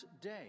day